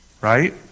right